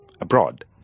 abroad